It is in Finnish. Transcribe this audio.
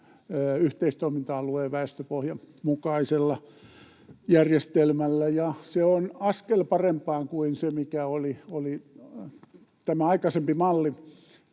yhteistoiminta-alueen väestöpohjan mukaisella järjestelmällä, ja se on askel parempaan kuin se, mikä oli tämä aikaisempi malli.